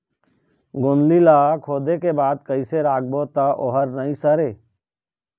गोंदली ला खोदे के बाद कइसे राखबो त ओहर नई सरे?